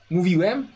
Mówiłem